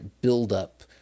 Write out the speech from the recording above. build-up